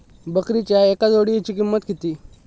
बकरीच्या एका जोडयेची किंमत किती?